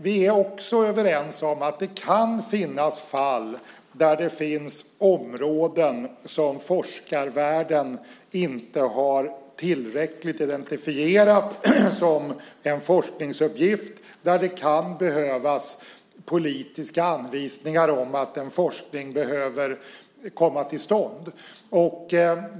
Vi är också överens om att det kan finnas fall där det finns områden som forskarvärlden inte har tillräckligt identifierat som en forskningsuppgift och där det kan behövas politiska anvisningar om att en forskning behöver komma till stånd.